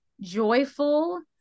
joyful